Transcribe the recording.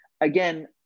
Again